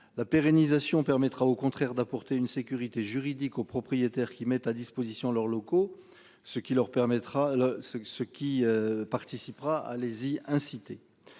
La pérennisation permettra au contraire d'apporter une sécurité juridique aux propriétaires qui mettent à disposition leurs locaux, ce qui leur permettra